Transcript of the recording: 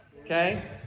Okay